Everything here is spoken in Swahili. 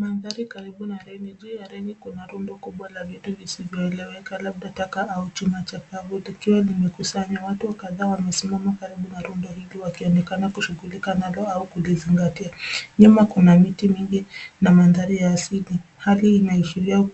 Mandhari karibu na reli, juu ya reli kuna rundo kubwa la vitu visivyoeleweka labda taka au chuma cha pump zikiwa zimekusanywa. Watu kadhaa wamesimama karibu na rundo hili wakionekana kushughulika nalo au kulizingatia. Nyuma kuna miti mingi na mandhari ya asili. Hali hii inaashiria